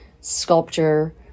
sculpture